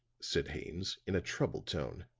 said haines, in a troubled tone.